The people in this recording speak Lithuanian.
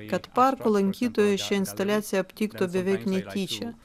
kad parko lankytojai šią instaliaciją aptiktų beveik netyčia